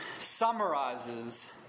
summarizes